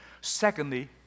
Secondly